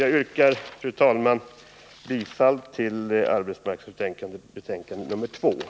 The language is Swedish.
Jag yrkar, fru talman, bifall till reservation 2 vid arbetsmarknadsutskottets betänkande nr 25.